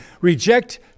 reject